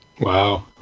wow